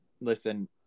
listen